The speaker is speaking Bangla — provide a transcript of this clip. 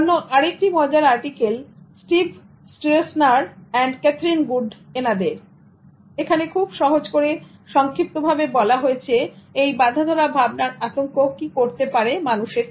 অন্য আরেকটি মজার article Steve Stroessner and Catherine Good এনাদের এখানে খুব সহজ করে সংক্ষিপ্ত ভাবে বলা হয়েছে এ বাঁধাধরা ভাবনার আতঙ্ক কি করতে পারে মানুষের